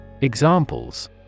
Examples